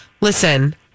listen